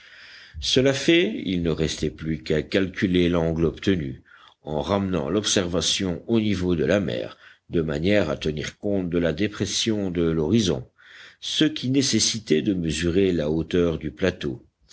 cela fait il ne restait plus qu'à calculer l'angle obtenu en ramenant l'observation au niveau de la mer de manière à tenir compte de la dépression de l'horizon ce qui nécessitait de mesurer la hauteur du plateau